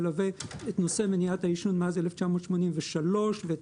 מלווה את נושא מניעת העישון מאז 1983 ואת